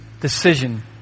decision